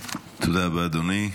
תודה רבה, אדוני.